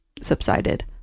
subsided